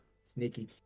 Sneaky